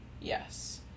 Yes